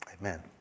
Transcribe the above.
Amen